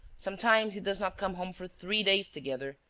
sometimes, he does not come home for three days together.